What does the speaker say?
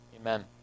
Amen